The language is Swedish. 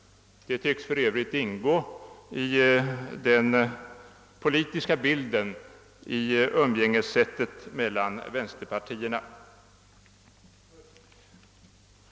Detta tycks ingå i den politiska bilden i fråga om umgängessättet mellan vänsterpartierna.